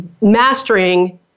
mastering